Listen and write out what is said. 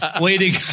Waiting